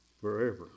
forever